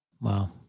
Wow